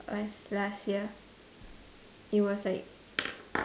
was last year it was like